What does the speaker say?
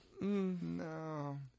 no